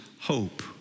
hope